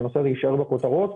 שהנושא הזה יישאר בכותרות,